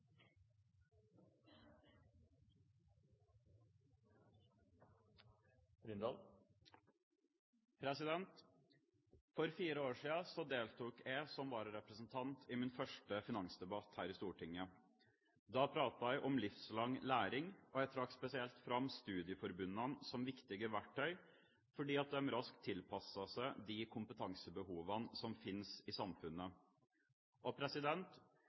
over. For fire år siden deltok jeg som vararepresentant i min først finansdebatt her i Stortinget. Da pratet jeg om livslang læring, og jeg trakk spesielt fram studieforbundene som viktige verktøy, fordi de raskt tilpasser seg de kompetansebehovene som finnes i